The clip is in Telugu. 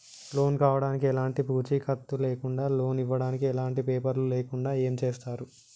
లోన్ కావడానికి ఎలాంటి పూచీకత్తు లేకుండా లోన్ ఇవ్వడానికి ఎలాంటి పేపర్లు లేకుండా ఏం చేస్తారు?